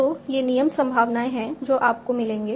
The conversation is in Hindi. तो ये नियम संभावनाएं हैं जो आपको मिलेंगे